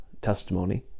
testimony